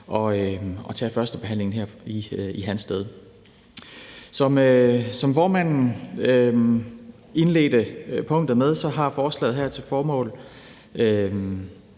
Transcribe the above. at tage førstebehandlingen her i hans sted. Som formanden indledte punktet med, har forslaget her til formål